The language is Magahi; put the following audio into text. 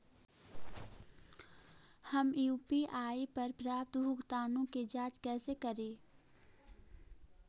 हम यु.पी.आई पर प्राप्त भुगतानों के जांच कैसे करी?